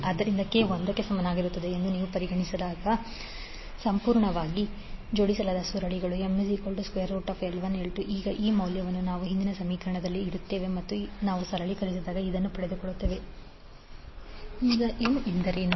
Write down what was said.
ಆದ್ದರಿಂದ k ಒಂದಕ್ಕೆ ಸಮನಾಗಿರುತ್ತದೆ ಎಂದು ನೀವು ಪರಿಗಣಿಸಿದಾಗ ಸಂಪೂರ್ಣವಾಗಿ ಜೋಡಿಸಲಾದ ಸುರುಳಿಗಳು ML1L2 ಈಗ ಈ ಮೌಲ್ಯವನ್ನು ನಾವು ಹಿಂದಿನ ಸಮೀಕರಣದಲ್ಲಿ ಇಡುತ್ತೇವೆ ಮತ್ತು ನಾವು ಸರಳೀಕರಿಸಿದಾಗ ನಾವು ಪಡೆಯುತ್ತೇವೆ V2jωL2I2L1L2V1L1 jωL1L2I2L1L2L1V1nV1 ಈಗ n ಎಂದರೇನು